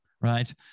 right